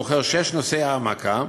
בוחר שישה נושאי העמקה,